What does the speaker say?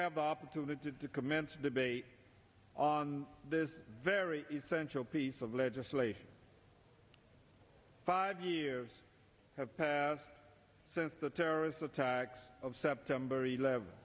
have the opportunity to commence a debate on this very essential piece of legislation five years have passed since the terrorist attacks of september eleven